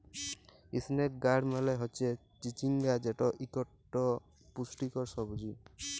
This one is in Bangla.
ইসনেক গাড় মালে হচ্যে চিচিঙ্গা যেট ইকট পুষ্টিকর সবজি